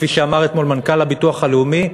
כפי שאמר אתמול מנכ"ל הביטוח הלאומי,